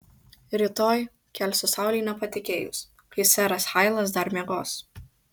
rytoj kelsiu saulei nepatekėjus kai seras hailas dar miegos